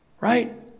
right